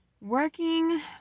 Working